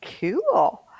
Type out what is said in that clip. cool